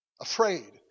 afraid